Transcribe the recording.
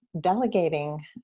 delegating